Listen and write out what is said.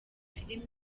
film